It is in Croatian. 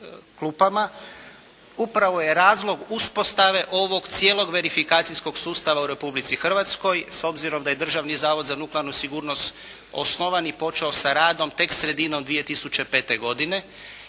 Upravo je razlog uspostave ovog cijelog verifikacijskog sustava u Republici Hrvatskoj s obzirom da je Državni zavod za nuklearnu sigurnost osnovan i počeo sa radom tek sredinom 2005. godine.